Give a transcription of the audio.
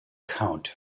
count